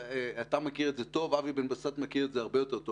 אתה מכיר זאת טוב ואבי בן בסט מכיר זאת הרבה יותר טוב.